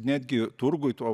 netgi turguj tuo